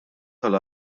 tal